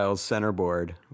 centerboard